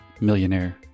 millionaire